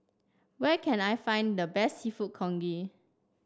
where can I find the best seafood congee